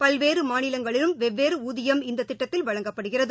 பல்வேறு மாநிலங்களிலும் வெவ்வேறு ஊதியம் இந்தத் திட்டத்தில் வழங்கப்படுகிறது